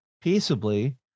peaceably